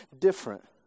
different